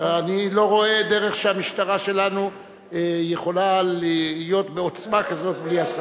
אני לא רואה דרך שהמשטרה שלנו יכולה להיות בעוצמה כזאת בלי השר.